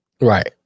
right